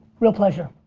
real pleasure,